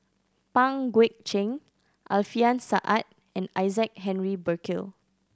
Pang Guek Cheng Alfian Sa'at and Isaac Henry Burkill